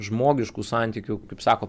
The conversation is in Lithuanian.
žmogiškų santykių kaip sako